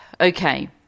Okay